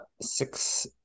six